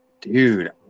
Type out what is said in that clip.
dude